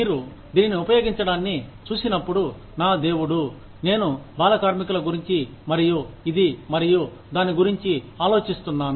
మీరు దీనిని ఉపయోగించడాన్నిచూసినప్పుడు నా దేవుడు నేను బాల కార్మికుల గురించి మరియు ఇది మరియు దాని గురించి ఆలోచిస్తున్నాను